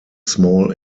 small